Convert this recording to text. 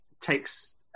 takes